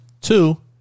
two